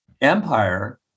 empire